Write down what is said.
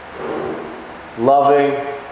loving